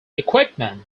equipment